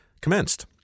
commenced